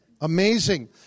Amazing